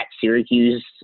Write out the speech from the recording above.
Syracuse